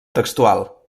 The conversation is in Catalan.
textual